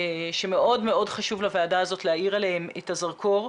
שחשוב מאוד לוועדה הזאת להאיר עליהם את הזרקור.